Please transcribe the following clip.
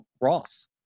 ross